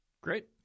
Great